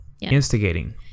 instigating